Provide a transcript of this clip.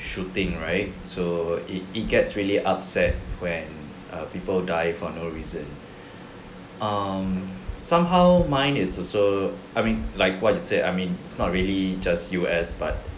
shooting right so it it gets really upset when err people die for no reason um somehow mine is also I mean like what you said I mean it's not really just U_S but